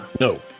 No